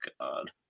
God